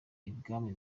ibwami